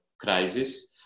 crisis